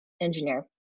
engineer